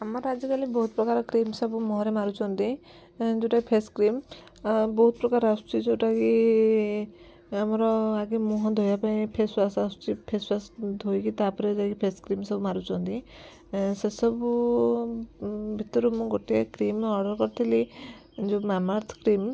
ଆମର ଆଜିକାଲି ବହୁତ ପ୍ରକାର କ୍ରିମ ସବୁ ମୁହଁରେ ମାରୁଛନ୍ତି ଯେଉଁଟା ଫେସ କ୍ରିମ ବହୁତ ପ୍ରକାର ଆସୁଛି ଯେଉଁଟା କି ଆମର ଆଗେ ମୁହଁ ଧୋଇବା ପାଇଁ ଫେସୱାସ ଆସୁଛି ଫେସୱାସ ଧୋଇକି ତାପରେ ଯାଇଁ ଫେସ କ୍ରିମ ସବୁ ମାରୁଛନ୍ତି ସେସବୁ ଭିତରୁ ମୁଁ ଗୋଟିଏ କ୍ରିମ ଅର୍ଡ଼ର କରିଥିଲି ଯେଉଁ ମାମଆର୍ଥ କ୍ରିମ